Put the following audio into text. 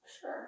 sure